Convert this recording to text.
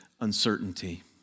uncertainty